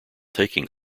taking